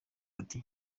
ati